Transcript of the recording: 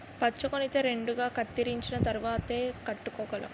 పంచకొనితే రెండుగా కత్తిరించిన తరువాతేయ్ కట్టుకోగలం